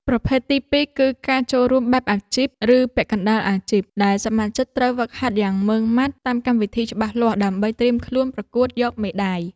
ប្រភេទទីពីរ គឺការចូលរួមបែបអាជីព ឬពាក់កណ្តាលអាជីព ដែលសមាជិកត្រូវហ្វឹកហាត់យ៉ាងម៉ឺងម៉ាត់តាមកម្មវិធីច្បាស់លាស់ដើម្បីត្រៀមខ្លួនប្រកួតយកមេដាយ។